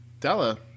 Della